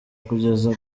kugeza